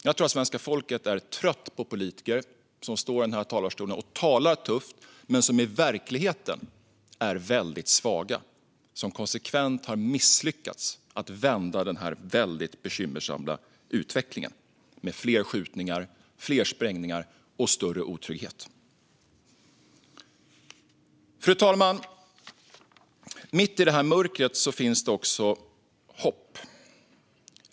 Jag tror att svenska folket är trött på politiker som står i den här talarstolen och talar tufft men som i verkligheten är väldigt svaga och som konsekvent har misslyckats att vända den väldigt bekymmersamma utvecklingen med fler skjutningar, fler sprängningar och större otrygghet. Fru talman! Mitt i mörkret finns det också hopp.